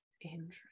Interesting